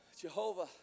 Jehovah